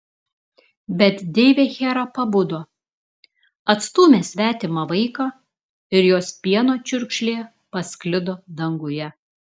bet deivė hera pabudo atstūmė svetimą vaiką ir jos pieno čiurkšlė pasklido danguje